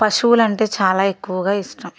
పశువులంటే చాలా ఎక్కువ ఇష్టం